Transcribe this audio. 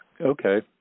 Okay